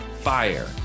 fire